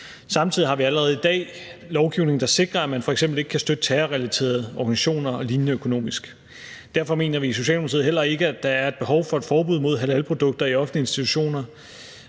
Samtidig har vi allerede i dag lovgivning, der sikrer, at man f.eks. ikke kan støtte terrorrelaterede organisationer og lignende økonomisk. Derfor mener vi i Socialdemokratiet heller ikke, at der er et behov for et forbud mod halalprodukter i offentlige institutioner.